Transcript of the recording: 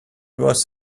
was